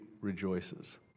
rejoices